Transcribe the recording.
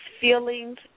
feelings